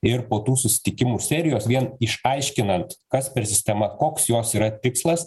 ir po tų susitikimų serijos vien išaiškinant kas per sistema koks jos yra tikslas